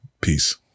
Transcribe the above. Peace